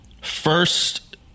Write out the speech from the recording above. first